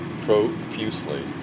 profusely